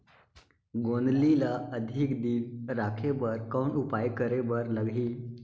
गोंदली ल अधिक दिन राखे बर कौन उपाय करे बर लगही?